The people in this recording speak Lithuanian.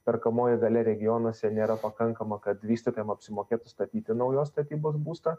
perkamoji galia regionuose nėra pakankama kad vystytojam apsimokėtų statyti naujos statybos būstą